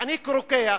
אני כרוקח,